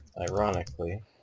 Ironically